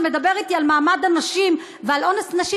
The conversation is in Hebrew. שמדבר אתי על מעמד נשים ועל אונס נשים.